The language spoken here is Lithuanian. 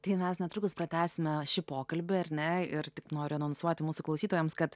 tai mes netrukus pratęsime šį pokalbį ar ne ir tik noriu anonsuoti mūsų klausytojams kad